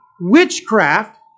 witchcraft